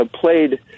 played